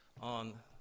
on